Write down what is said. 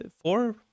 four